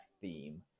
theme